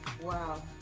Wow